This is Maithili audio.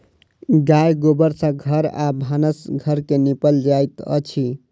गाय गोबर सँ घर आ भानस घर के निपल जाइत अछि